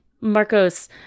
marcos